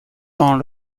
dans